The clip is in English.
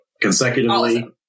Consecutively